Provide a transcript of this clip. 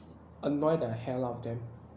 annoy the hell out of them